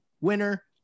winner